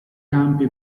campi